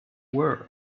world